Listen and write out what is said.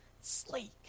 sleek